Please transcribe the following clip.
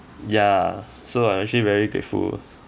ya so I actually very grateful